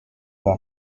for